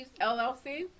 LLC